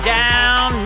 down